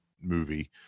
movie